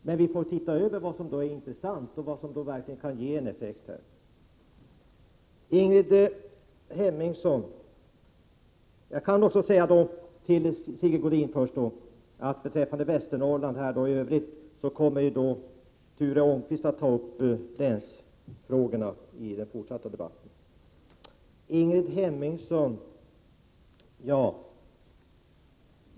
Men vi får titta över vad som är intressant och vad som verkligen kan ge effekt. Till Sigge Godin vill jag också säga att beträffande Västernorrland i övrigt kommer Ture Ångqvist att ta upp länsfrågorna i den fortsatta debatten.